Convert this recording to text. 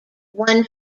one